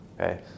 okay